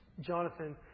Jonathan